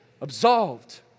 absolved